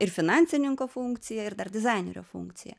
ir finansininko funkciją ir dar dizainerio funkciją